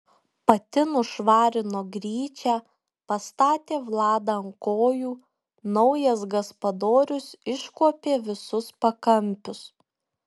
pati nušvarino gryčią pastatė vladą ant kojų naujas gaspadorius iškuopė visus pakampius